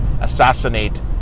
assassinate